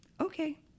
okay